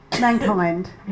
Mankind